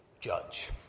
judge